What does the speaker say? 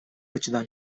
açıdan